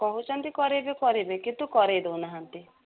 କହୁଛନ୍ତି କରେଇବେ କରେଇବେ କିନ୍ତୁ କରେଇ ଦଉନାହାଁନ୍ତି